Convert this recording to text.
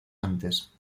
antes